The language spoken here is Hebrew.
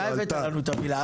אתה הבאת לנו את המילה.